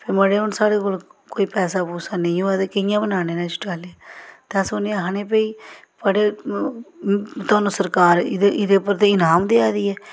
फिर मड़े हून साढ़े कोल कोई पैसा पूसा नेईं होऐ ते कि'यां बनाने न शौचालय ते अस उ'नें आखने भई पड़े थुहानूं सरकार एह्दे एह्दे उप्पर ते इनाम देआ दी ऐ